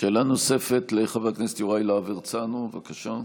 שאלה נוספת, לחבר הכנסת יוראי להב הרצנו, בבקשה.